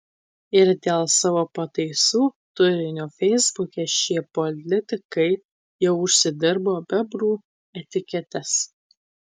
ir dėl savo pataisų turinio feisbuke šie politikai jau užsidirbo bebrų etiketes